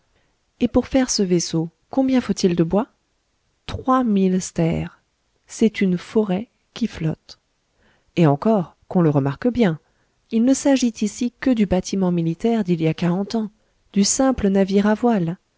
et pour faire ce vaisseau combien faut-il de bois trois mille stères c'est une forêt qui flotte et encore qu'on le remarque bien il ne s'agit ici que du bâtiment militaire d'il y a quarante ans du simple navire à voiles